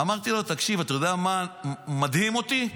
אמרתי לו: תקשיב, אתה יודע מה מדהים אותי?